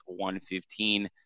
115